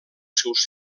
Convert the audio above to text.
seus